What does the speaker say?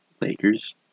Lakers